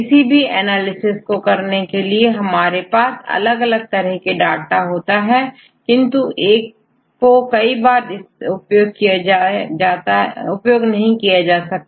किसी भी एनालिसिस को करने के लिए हमारे पास अलग अलग तरह के डाटा होता है किंतु एक को कई बार उपयोग नहीं किया जाता